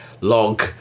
log